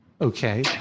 Okay